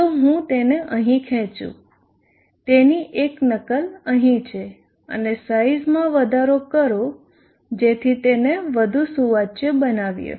ચાલો હું તેને અહીં ખેંચુ તેની એક નકલ અહીં છે અને સાઈઝમાં વધારો કરો જેથી તેને વધુ સુવાચ્ય બનાવીએ